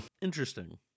Interesting